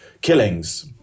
killings